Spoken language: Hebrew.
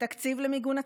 תקציב למיגון הצפון,